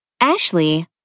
Ashley